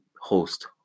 host